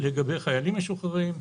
לגבי חיילים משוחררים,